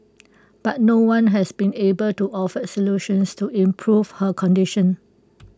but no one has been able to offer solutions to improve her condition